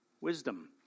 wisdom